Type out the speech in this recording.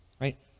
right